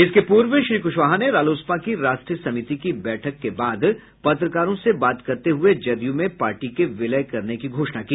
इसके पूर्व श्री कुशवाहा ने रालोसपा की राष्ट्रीय समिति की बैठक के बाद पत्रकारों से बात करते हुए जदयू में पार्टी के विलय करने की घोषणा की